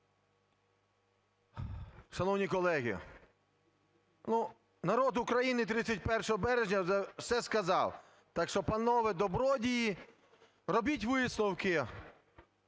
Шановні колеги, ну, народ України 31 березня вже все сказав. Так що, панове добродії, робіть висновки.